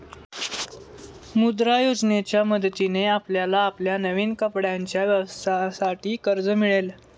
मुद्रा योजनेच्या मदतीने आपल्याला आपल्या नवीन कपड्यांच्या व्यवसायासाठी कर्ज मिळेल